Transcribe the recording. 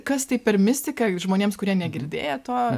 kas tai per mistika žmonėms kurie negirdėję to